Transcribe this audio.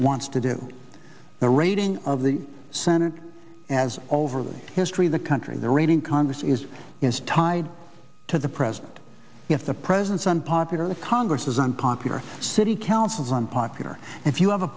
wants to do the rating of the senate as overly history the country the rating congress is is tied to the president if the president's unpopular the congress is unpopular city council's unpopular if you have a